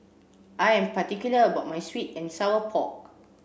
I am particular about my sweet and sour pork